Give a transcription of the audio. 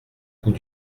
coup